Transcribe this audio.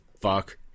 fuck